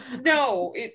No